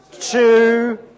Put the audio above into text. two